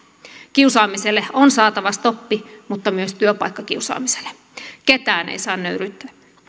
kiusaamiselle on saatava stoppi mutta myös työpaikkakiusaamiselle ketään ei saa nöyryyttää